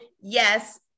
yes